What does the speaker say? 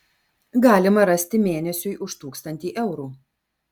galima rasti mėnesiui už tūkstantį eurų